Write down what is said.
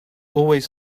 always